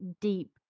deep